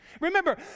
Remember